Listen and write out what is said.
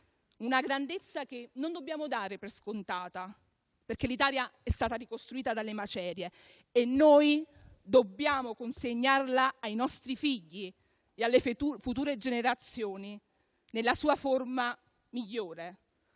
una grandezza che non dobbiamo dare per scontata, perché l'Italia è stata ricostruita dalle macerie e noi dobbiamo consegnarla, ai nostri figli e alle future generazioni, nella sua forma migliore: